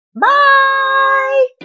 Bye